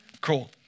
Cool